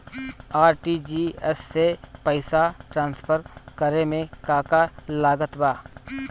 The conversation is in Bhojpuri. आर.टी.जी.एस से पईसा तराँसफर करे मे का का लागत बा?